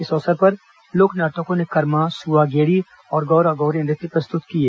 इस अवसर पर लोक नर्तकों ने करमा सुआ गेड़ी और गौरा गौरी नृत्य प्रस्तुत किए